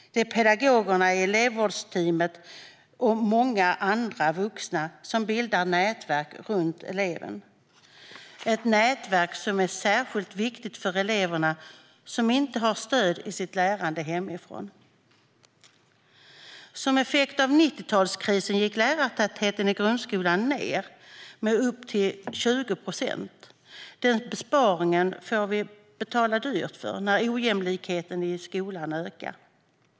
Det är pedagogerna, elevvårdsteamet och många andra vuxna som bildar ett nätverk runt eleven, ett nätverk som är särskilt viktigt för elever som inte har stöd i sitt lärande hemifrån. Som effekt av 90-talskrisen gick lärartätheten i grundskolan ned med upp till 20 procent. Den besparingen får vi betala dyrt för när ojämlikheten i skolan ökar.